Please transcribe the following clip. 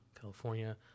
California